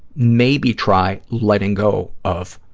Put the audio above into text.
maybe try letting go of